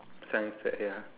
science fair ya